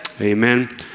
Amen